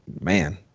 man